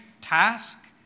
task